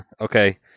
Okay